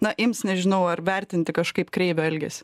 na ims nežinau ar vertinti kažkaip kreivio elgesį